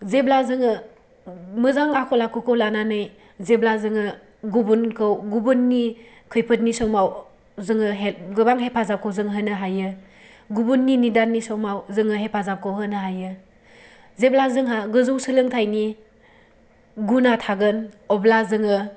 जेब्ला जोङो मोजां आखल आखुखौ लानानै जेब्ला जोङो गुबुनखौ गुबुननि खैफोदनि समाव जोङो हेल्प गोबां हेफाजाबखौ जों होनो हायो गुबुननि निदाननि समाव जोङो हेफाजाबखौ होनो हायो जेब्ला जोंहा गोजौ सोलोंथाइनि गुना थागोन अब्ला जोङो